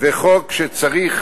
וחוק שצריך